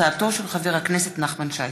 תודה.